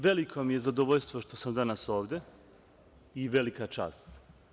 Veliko mi je zadovoljstvo što sam danas ovde i velika čast.